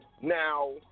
Now